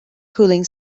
cooling